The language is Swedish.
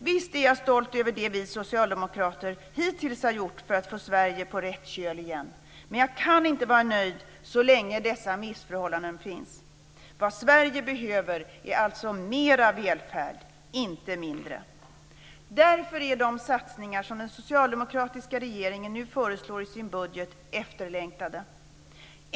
Visst är jag stolt över det som vi socialdemokrater hittills har gjort för att få Sverige på rätt köl igen, men jag kan inte vara nöjd så länge dessa missförhållanden finns. Vad Sverige behöver är alltså mer välfärd, inte mindre. Därför är de satsningar som den socialdemokratiska regeringen nu föreslår i sin budget efterlängtade.